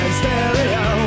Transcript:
stereo